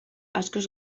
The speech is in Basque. askoz